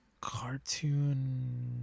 Cartoon